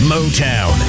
Motown